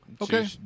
Okay